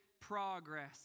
progress